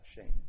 shame